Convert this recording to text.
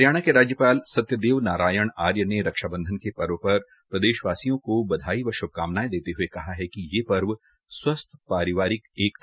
हरियाणा के राज्यपाल सत्यदेव नारायण आर्य ने रक्षाबंधन के पर्व पर प्रदेशवासियों को बधाई व शुभकामनायें देते हये कहा है कि ये पर्व स्वस्थ पारिवारिक एकता का प्रतीक है